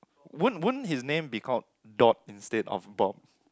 won't won't his name be called Dot instead of Bob